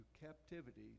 captivity